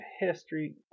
history